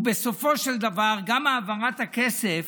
ובסופו של דבר גם העברת הכסף